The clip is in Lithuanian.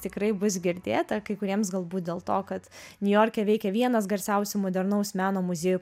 tikrai bus girdėta kai kuriems galbūt dėl to kad niujorke veikia vienas garsiausių modernaus meno muziejų